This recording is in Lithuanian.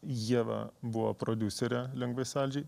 ieva buvo prodiuserė lengvai saldžiai